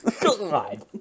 god